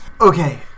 Okay